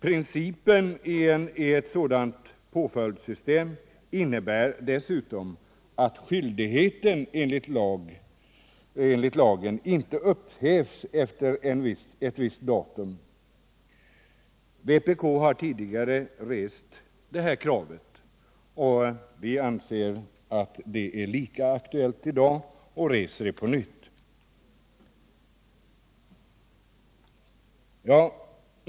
Principen i ett sådant påföljdssystem innebär dessutom att skyldigheten enligt lagen inte upphävs efter ett visst datum. Vpk har tidigare rest detta krav, men vi anser att det är lika aktuellt i dag, varför vi framför det på nytt i motionen 829.